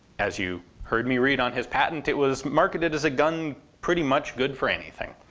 as you heard me read on his patent, it was marketed as a gun pretty much good for anything.